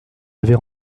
avez